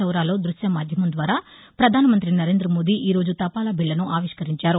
చౌరాలో దృశ్య మాధ్యమం ద్వారా పధానమంతి నరేందమోదీ ఈ రోజు తపాలా బిజ్లను ఆవిష్కరించారు